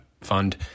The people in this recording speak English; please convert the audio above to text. fund